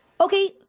Okay